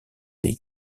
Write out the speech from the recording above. des